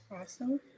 Awesome